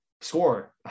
score